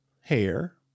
hair